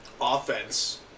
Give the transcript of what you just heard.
offense